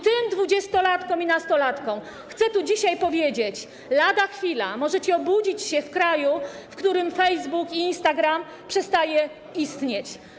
Tym dwudziestolatkom i nastolatkom chcę tu dzisiaj powiedzieć: lada chwila możecie obudzić się w kraju, w którym Facebook i Instagram przestaną istnieć.